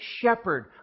shepherd